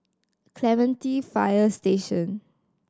Clementi Fire Station